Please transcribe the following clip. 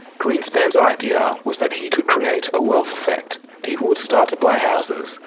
greenspan's idea was that he could create a wealth effect. people would start to buy houses,